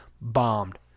bombed